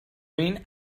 این